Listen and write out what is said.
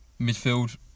Midfield